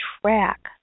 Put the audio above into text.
track